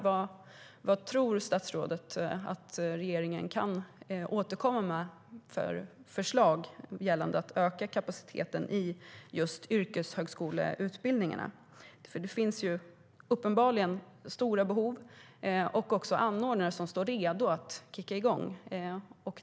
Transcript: Vilka förslag tror statsrådet att regeringen kan återkomma med gällande att öka kapaciteten i just yrkeshögskoleutbildningarna? Det finns uppenbarligen stora behov, och det finns anordnare som står redo att sätta igång.